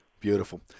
Beautiful